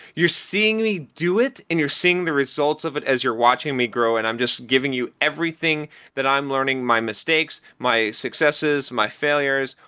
you're seeing me do it and you're seeing the results of it as you're watching me grow and i'm just giving you everything that i'm learning, my mistakes, my successes, my failures,